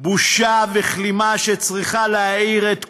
בושה וכלימה שצריכה להעיר את כולנו,